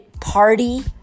party